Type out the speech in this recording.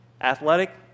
Athletic